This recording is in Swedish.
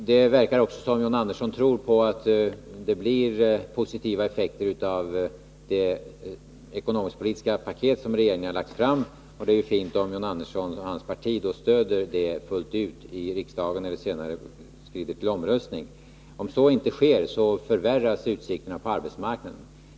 Det verkar som om John Andersson tror på att det blir positiva effekter av det ekonomisk-politiska paket som regeringen lagt fram. Det är fint om John Andersson och hans parti stöder det fullt ut i riksdagen när man senare skrider till omröstning. Om så inte sker förvärras utsikterna på arbetsmarknaden.